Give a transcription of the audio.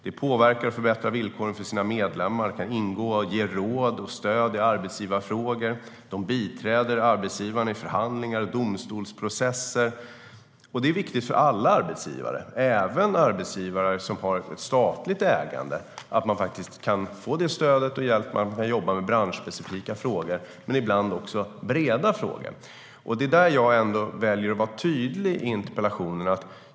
De påverkar och förbättrar villkoren för sina medlemmar, och de kan ge råd och stöd i arbetsgivarfrågor. De biträder arbetsgivare i förhandlingar och domstolsprocesser. Det är viktigt för alla arbetsgivare, även arbetsgivare som har ett statligt ägande, att kunna få det stödet och den hjälpen. Man kan ibland jobba med branschspecifika frågor men ibland också med breda frågor. Det är där jag väljer att vara tydlig i mitt interpellationssvar.